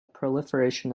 proliferation